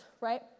Right